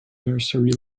nursery